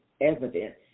evidence